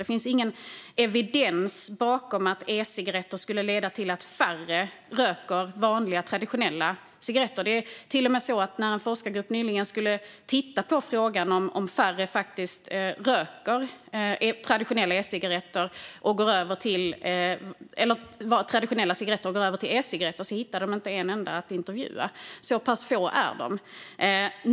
Det finns ingen evidens för att ecigaretter skulle leda till att färre röker vanliga traditionella cigaretter. Det var till och med så, när en forskargrupp nyligen skulle titta på frågan om huruvida färre röker traditionella cigaretter och går över till ecigaretter, att de inte kunde hitta en enda person att intervjua. Så pass få är de.